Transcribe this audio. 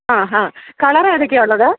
Aaha colour ഏതൊക്കെയാണുള്ളത്